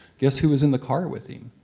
guess who was in the car with him?